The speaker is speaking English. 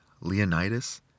Leonidas